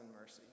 mercy